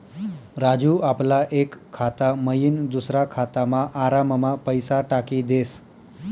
राजू आपला एक खाता मयीन दुसरा खातामा आराममा पैसा टाकी देस